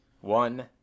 one